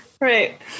Right